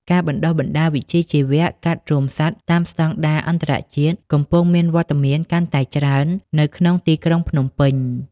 ការបណ្តុះបណ្តាលវិជ្ជាជីវៈកាត់រោមសត្វតាមស្តង់ដារអន្តរជាតិ កំពុងមានវត្តមានកាន់តែច្រើននៅក្នុងទីក្រុងភ្នំពេញ។